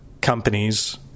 companies